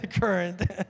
current